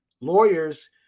lawyers